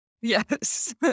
Yes